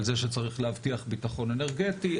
על זה שצריך להבטיח בטחון אנרגטי,